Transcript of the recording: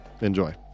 Enjoy